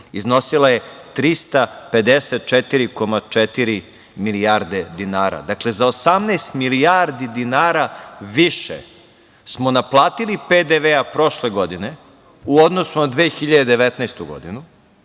iznosila je 354,4 milijarde dinara. Dakle, za 18 milijardi dinara više smo naplatili PDV-a prošle godine u odnosu na 2019. godinu,